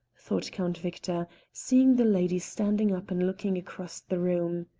thought count victor, seeing the lady standing up and looking across the room.